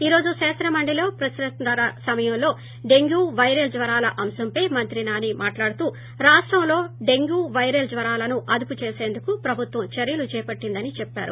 ఈ రోజు శాసనమండలిలో ప్రక్సో త్తరాల సమయంలో డెంగ్యూ వైరల్ జ్వరాల అంశంపై మంత్రి నాని మాట్లాడుతూ రాష్టంలో డెంగ్యూ వైరల్ జ్వరాలను అదుపు చేసేందుకు ప్రభుత్వం చర్యలు చేపట్టిందని చెప్పారు